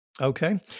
Okay